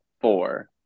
four